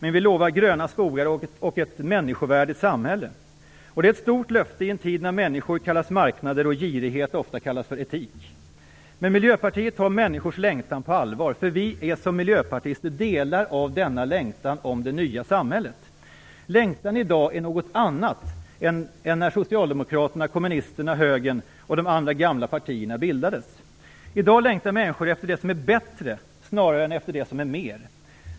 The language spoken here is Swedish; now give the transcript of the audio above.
Vi lovar gröna skogar och ett människovärdigt samhälle. Det är ett stort löfte i en tid när människor kallas marknader och girighet ofta kallas etik. Men Miljöpartiet tar människors längtan på allvar. Vi är som miljöpartister delar av denna längtan efter det nya samhället. Längtan är i dag någonting annat än när Socialdemokraterna, Kommunisterna, Högern och de andra gamla partierna bildades. I dag längtar människor efter det som är bättre snarare än efter det som är mer.